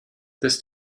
this